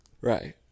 Right